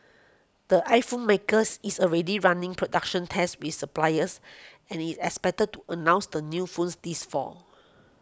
the iPhone makers is already running production tests with suppliers and is expected to announce the new phones this fall